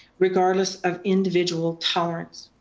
regardless of individual tolerance.